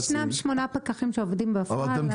לא, ישנם שמונה פקחים שעובדים בפועל.